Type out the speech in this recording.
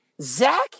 Zach